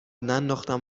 ننداختم